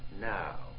now